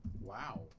Wow